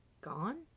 gone